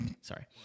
Sorry